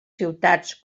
ciutats